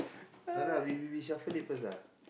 no lah we we we shuffle it first ah